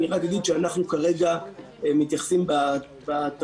אני רק אגיד שאנחנו כרגע מתייחסים בתרחיש